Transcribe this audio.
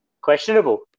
Questionable